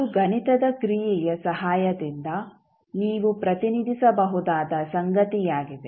ಅದು ಗಣಿತದ ಕ್ರಿಯೆಯ ಸಹಾಯದಿಂದ ನೀವು ಪ್ರತಿನಿಧಿಸಬಹುದಾದ ಸಂಗತಿಯಾಗಿದೆ